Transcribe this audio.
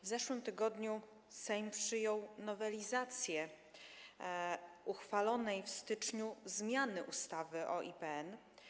W zeszłym tygodniu Sejm przyjął nowelizację uchwalonej w styczniu zmiany ustawy o IPN.